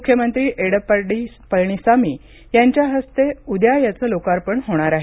मुख्यमंत्री एडप्पाडी पळनीसामी यांच्या हस्ते उद्या याचं लोकार्पण होणार आहे